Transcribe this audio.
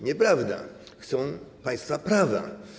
Nieprawda, chcą państwa prawa.